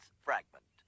fragment